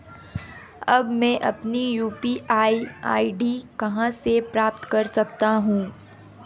अब मैं अपनी यू.पी.आई आई.डी कहां से प्राप्त कर सकता हूं?